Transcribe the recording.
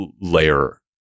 layer